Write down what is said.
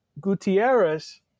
Gutierrez